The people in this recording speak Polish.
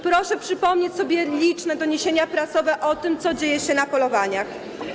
Proszę przypomnieć sobie liczne doniesienia prasowe o tym, co dzieje się na polowaniach.